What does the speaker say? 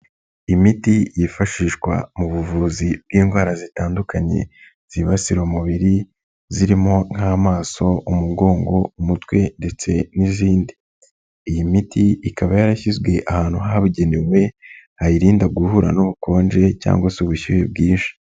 Imiti yifashishwa mu buvuzi bw'indwara zitandukanye zibasira umubiri, zirimo nk'amaso, umugongo, umutwe ndetse n'izindi, iyi miti ikaba yarashyizwe ahantu habugenewe hayirinda guhura n'ubukonje cyangwa se ubushyuhe bwinshi.